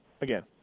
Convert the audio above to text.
again